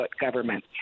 government